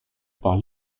par